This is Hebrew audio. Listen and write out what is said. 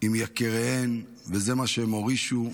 עם יקיריהם, זה מה שהם הורישו,